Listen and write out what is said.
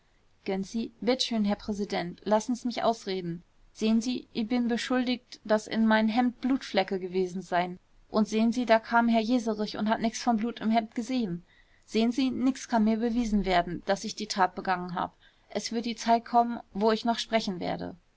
bitt schön herr präsident lassen's mich ausreden sehn sie i bin beschuldigt daß in mein hemd blutflecke gewesen seien und sehn sie da kam herr jeserich und hat nix von blut im hemd gesehen sehn sie nix kann mir bewiesen werden daß ich die tat begangen hab es wird die zeit kommen wo ich noch sprechen werde